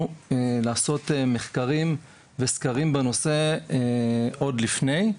לעשות מחקרים וסקרים בנושא עוד לפני,